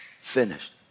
finished